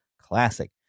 Classic